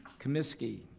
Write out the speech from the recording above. komisky.